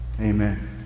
Amen